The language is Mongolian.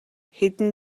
хэдэн